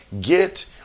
Get